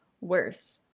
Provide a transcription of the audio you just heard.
worse